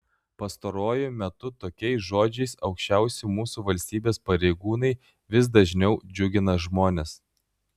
pastaruoju metu tokiais žodžiais aukščiausi mūsų valstybės pareigūnai vis dažniau džiugina žmones